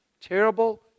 terrible